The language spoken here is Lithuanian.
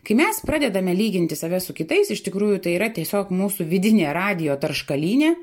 kai mes pradedame lyginti save su kitais iš tikrųjų tai yra tiesiog mūsų vidinė radijo tarškalynė